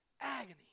agony